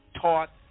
taught